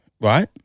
right